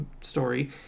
story